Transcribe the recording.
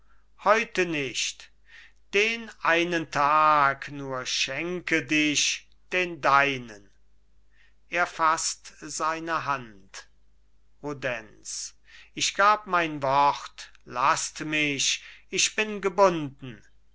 heute nicht den einen tag nur schenke dich den deinen er fasst seine hand rudenz ich gab mein wort lasst mich ich bin gebunden